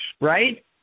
Right